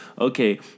Okay